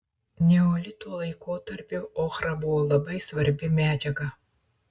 neolito laikotarpiu ochra buvo labai svarbi medžiaga